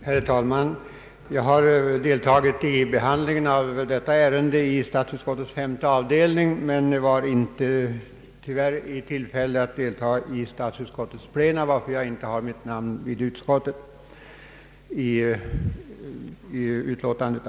Herr talman! Jag har deltagit i behandlingen av detta ärende på statsutskottets femte avdelning men var tyvärr inte i tillfälle att närvara vid statsutskottets plenum, varför mitt namn inte finns antecknat i utlåtandet.